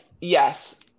yes